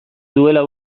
duela